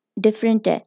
different